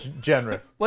generous